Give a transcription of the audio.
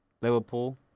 Liverpool